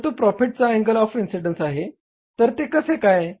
तर तो प्रॉफीटचा अँगल ऑफ इन्सिडेंन्स आहे तर ते कसे काय